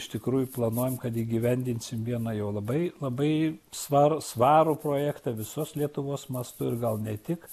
iš tikrųjų planuojam kad įgyvendinsim vieną jau labai labai sva svarų projektą visos lietuvos mastu ir gal ne tik